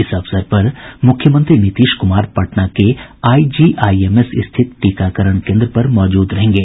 इस अवसर पर मुख्यमंत्री नीतीश कुमार पटना के आईजीआईएमएस स्थित टीकाकरण केन्द्र पर मौजूद रहेंगे